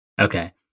Okay